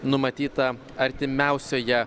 numatyta artimiausioje